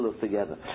together